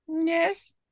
Yes